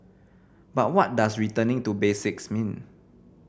but what does returning to basics mean